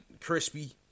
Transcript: crispy